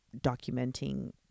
documenting